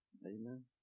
Amen